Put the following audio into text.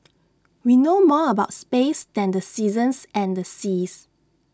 we know more about space than the seasons and the seas